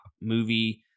movie